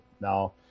Now